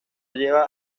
lleva